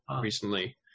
recently